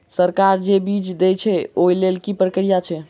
सरकार जे बीज देय छै ओ लय केँ की प्रक्रिया छै?